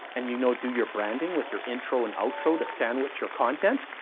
and you know, do your branding with your intro and outro to sandwich your content?